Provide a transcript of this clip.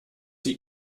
sie